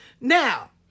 Now